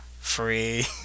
Free